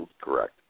correct